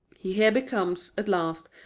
he here becomes, at last,